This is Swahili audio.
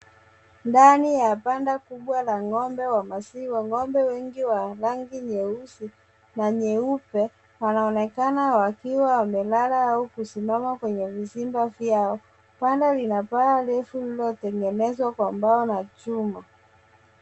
Ndani ya banda kubwa la ng'ombe wa maziwa. Kuna ng'ombe wa rangi nyeusi na nyeupe wanaonekana wakiwa wamelala au kusimama kwenye vizimba vyao. Banda lina paa refu lililotengenezwa kwa mbao na chuma.